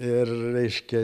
ir reiškia